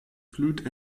blüht